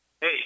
Hey